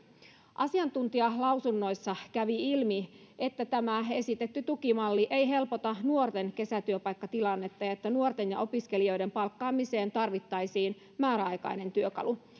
asiantuntijalausunnoissa kävi ilmi että tämä esitetty tukimalli ei helpota nuorten kesätyöpaikkatilannetta ja että nuorten ja opiskelijoiden palkkaamiseen tarvittaisiin määräaikainen työkalu